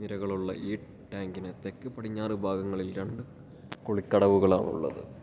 നിരകളുള്ള ഈ ടാങ്കിന് തെക്ക് പടിഞ്ഞാറ് ഭാഗങ്ങളിൽ രണ്ട് കുളിക്കടവുകളാണുള്ളത്